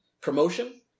Promotion